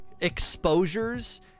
exposures